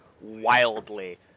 wildly